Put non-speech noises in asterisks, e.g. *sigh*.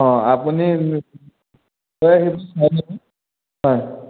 অঁ আপুনি *unintelligible* হয়